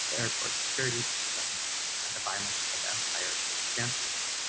airport security systems and the violence of empire instantiate.